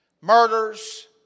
murders